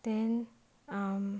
then um